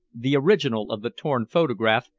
the original of the torn photograph,